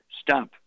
Stop